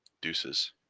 Deuces